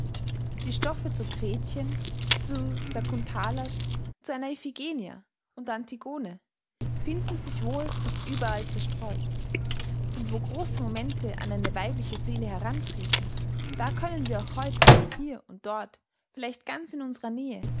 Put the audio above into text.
die stoffe zu gretchen zu sakuntala's zu einer iphigenia und antigone finden sich wohl noch überall zerstreut und wo große momente an eine weibliche seele herantreten da können wir auch heute hier und dort vielleicht ganz in unserer nähe